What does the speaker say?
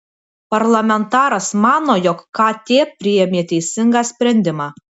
parlamentaras mano jog kt priėmė teisingą sprendimą